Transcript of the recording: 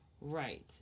Right